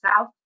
South